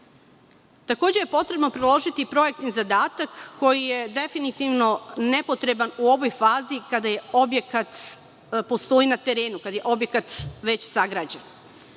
Takođe je potrebno priložiti i projektni zadatak koji je definitivno nepotreban u ovoj fazi kada objekat postoji na terenu, kada je objekat već sagrađen.